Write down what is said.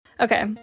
Okay